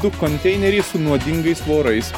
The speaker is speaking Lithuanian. du konteineriai su nuodingais vorais